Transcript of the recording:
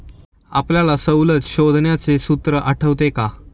आपल्याला सवलत शोधण्याचे सूत्र आठवते का?